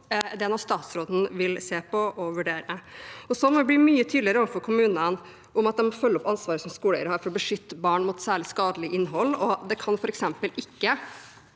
det er noe statsråden vil se på og vurdere. Vi må bli mye tydeligere overfor kommunene om at de må følge opp ansvaret skoleeier har for å beskytte barn mot særlig skadelig innhold. Det kan f.eks. ikke